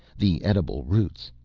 the edible roots.